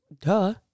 duh